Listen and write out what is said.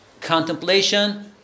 contemplation